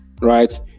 right